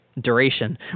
Duration